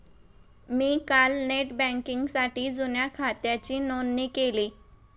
मी काल नेट बँकिंगसाठी जुन्या खात्याची नोंदणी केली